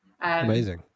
Amazing